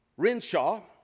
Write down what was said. renshaw,